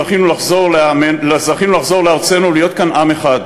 זכינו לחזור לארצנו ולהיות כאן עם אחד.